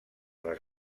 les